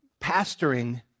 pastoring